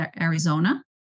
Arizona